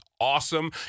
awesome